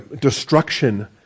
destruction